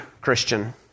Christian